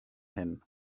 hyn